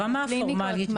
ברמה הפורמלית,